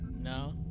No